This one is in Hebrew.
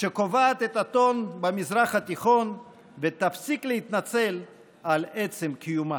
שקובעת את הטון במזרח התיכון ותפסיק להתנצל על עצם קיומה.